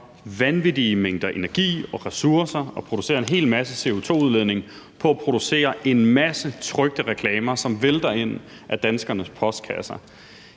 vanvittige mængder energi og ressourcer og bruger en hel masse CO2-udledning på at producere en masse trykte reklamer, som vælter ind i danskernes postkasser.